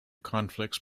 conflicts